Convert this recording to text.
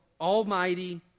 almighty